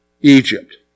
Egypt